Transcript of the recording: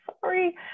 sorry